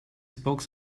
spoke